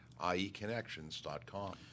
ieconnections.com